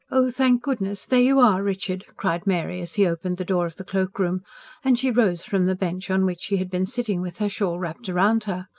oh, thank goodness, there you are, richard! cried mary as he opened the door of the cloakroom and she rose from the bench on which she had been sitting with her shawl wrapped round her.